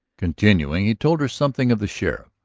continuing he told her something of the sheriff.